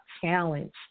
Challenge